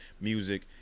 music